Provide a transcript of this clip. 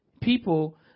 people